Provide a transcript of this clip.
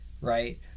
Right